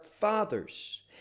fathers